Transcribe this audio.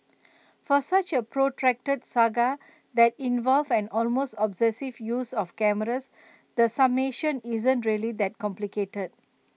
for such A protracted saga that involved an almost obsessive use of cameras the summation isn't really that complicated